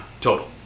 total